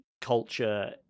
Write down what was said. culture